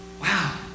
Wow